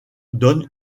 donne